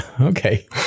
Okay